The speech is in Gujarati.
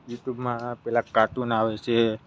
યુટ્યુબમાં પેલાં કાર્ટૂન આવે છે